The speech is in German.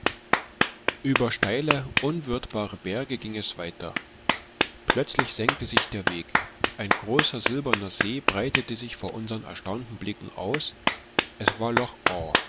über steile unwirtbare berge ging es weiter plötzlich senkte sich der weg ein großer silberner see breitete sich vor unseren erstaunten blicken aus es war loch